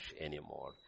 anymore